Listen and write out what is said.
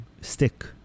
stick